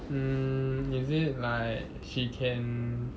mm is it like she can